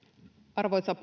arvoisa